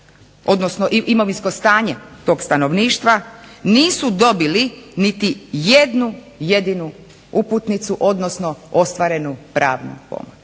odnosno imovinsko stanje tog stanovništva, nisu dobili niti jednu jedinu uputnicu, odnosno ostvarenu pravnu pomoć.